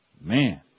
Man